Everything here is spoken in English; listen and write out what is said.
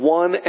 one